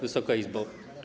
Wysoka Izbo!